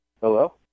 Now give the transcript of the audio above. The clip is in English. Hello